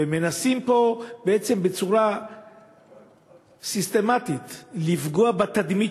ומנסים פה בצורה סיסטמטית לפגוע בתדמית